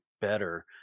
better